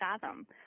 fathom